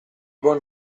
buon